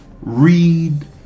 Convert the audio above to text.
read